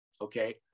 Okay